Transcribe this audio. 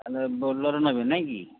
ତା'ହାଲେ ବୋଲର ନେବେ ନାଇକି